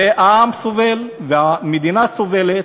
והעם סובל והמדינה סובלת.